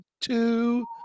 two